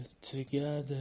together